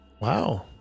Wow